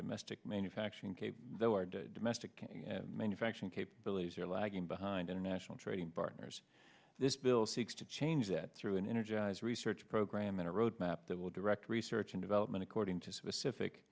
domestic manufacturing cape though our domestic manufacturing capabilities are lagging behind international trading partners this bill seeks to change that through an energized research program and a roadmap that will direct research and development according to specific